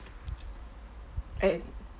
okay